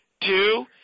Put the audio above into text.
Two